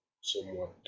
somewhat